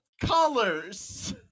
Colors